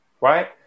right